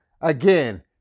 again